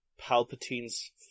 Palpatine's